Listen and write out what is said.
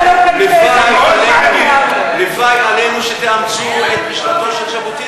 הלוואי עלינו שתאמצו את משנתו של ז'בוטינסקי.